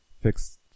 fixed